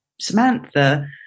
Samantha